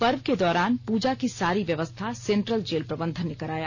पर्व के दौरान पूजा की सारी व्यवस्था सेंटल जेल प्रबंधन ने कराया